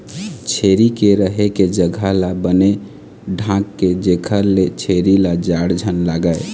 छेरी के रहें के जघा ल बने ढांक दे जेखर ले छेरी ल जाड़ झन लागय